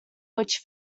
which